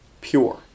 pure